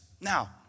Now